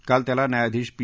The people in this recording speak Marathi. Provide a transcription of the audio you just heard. काल त्याला न्यायाधीश पी